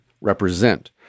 represent